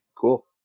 Cool